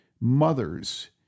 mothers